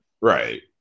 Right